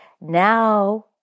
Now